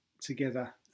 together